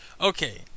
Okay